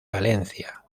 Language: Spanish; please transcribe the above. valencia